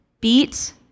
beat